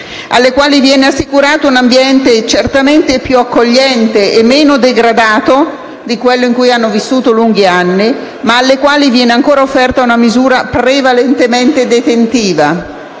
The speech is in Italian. alle quali viene assicurato un ambiente certamente più accogliente e meno degradato di quello in cui hanno vissuto per lunghi anni, ma alle quali viene ancora offerta una misura prevalentemente detentiva